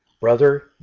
brother